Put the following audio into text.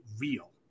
real